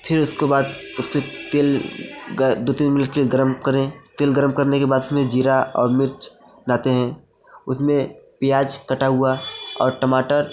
फिर उसके बाद उसके तेल दो तीन मिनट गर्म करें तेल गर्म करने के बाद उसमें जीरा और मिर्च डालते हैं उसमें प्याज कटा हुआ और टमाटर